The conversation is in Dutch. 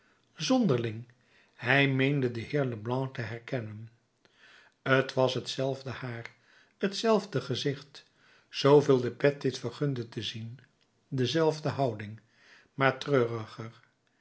zonderling hij meende den heer leblanc te herkennen t was hetzelfde haar hetzelfde gezicht zooveel de pet dit vergunde te zien dezelfde houding maar treuriger